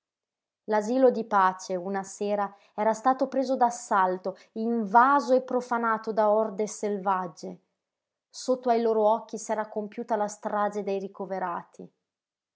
l'asilo di pace una sera era stato preso d'assalto invaso e profanato da orde selvagge sotto ai loro occhi s'era compiuta la strage dei ricoverati